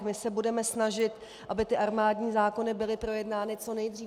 My se budeme snažit, aby armádní zákony byly projednány co nejdřív.